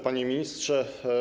Panie Ministrze!